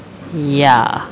ya